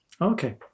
Okay